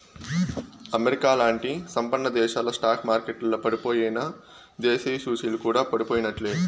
అమెరికాలాంటి సంపన్నదేశాల స్టాక్ మార్కెట్లల పడిపోయెనా, దేశీయ సూచీలు కూడా పడిపోయినట్లే